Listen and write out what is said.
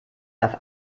darf